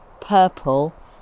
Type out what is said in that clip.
purple